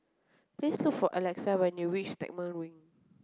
please look for Alexa you reach Stagmont Ring